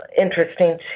interesting